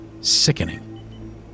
sickening